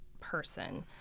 person